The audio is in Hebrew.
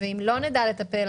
אם לא נדע לטפל,